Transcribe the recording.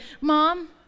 mom